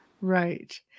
right